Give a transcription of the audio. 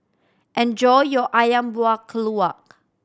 enjoy your Ayam Buah Keluak